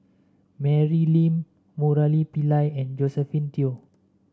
Mary Lim Murali Pillai and Josephine Teo